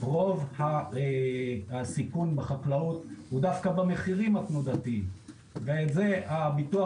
רוב הסיכון בחקלאות הוא דווקא במחירים התנודתיים ואת זה הביטוח